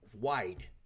wide